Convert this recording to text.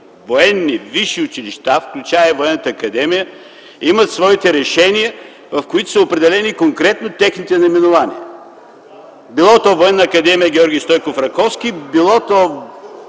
военни висши училища, включително и Военната академия, имат своите решения, в които са определени конкретно техните наименования – било то Военна академия „Георги Стойков Раковски”, било то